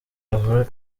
uhuru